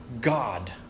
God